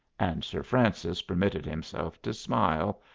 and sir francis permitted himself to smile,